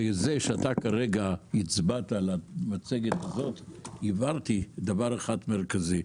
בזה שהצבעת על המצגת הזו כרגע הבנתי דבר אחד מרכזי,